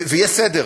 ויהיה סדר.